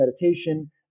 meditation